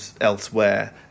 elsewhere